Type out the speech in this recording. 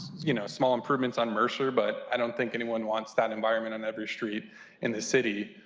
you know small improvements on mercer but i don't think anyone wants that environment on every street in the city.